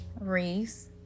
Reese